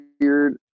weird